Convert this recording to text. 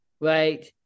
right